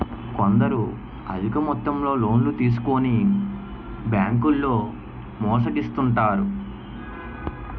కొందరు అధిక మొత్తంలో లోన్లు తీసుకొని బ్యాంకుల్లో మోసగిస్తుంటారు